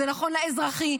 זה נכון לאזרחי,